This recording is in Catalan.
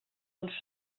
dels